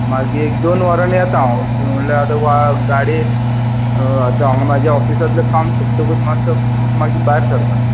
मागीर एक दोन वरांनी येता हांव गाडयेक म्हजे ऑफिसातलें काम सोंपतकूच मागीर आतां भायर सरतां